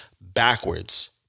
backwards